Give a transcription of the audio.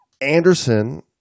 Anderson